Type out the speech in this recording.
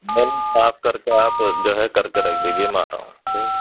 نہیں صاف کر کے آپ جو ہے کر کے رکھ دیجیے میں آ رہا ہوں ٹھیک